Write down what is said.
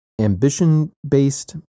ambition-based